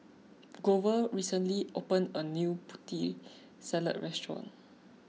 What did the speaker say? Glover recently opened a new Putri Salad restaurant